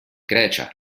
grecia